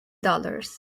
dollars